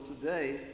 today